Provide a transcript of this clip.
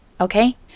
Okay